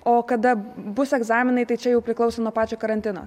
o kada bus egzaminai tai čia jau priklauso nuo pačio karantino